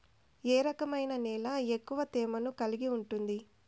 ఏ రకమైన నేల ఎక్కువ తేమను కలిగి ఉంటుంది?